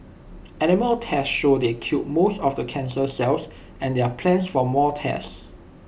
animal tests show they killed most of the cancer cells and there are plans for more tests